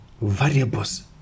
variables